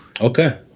okay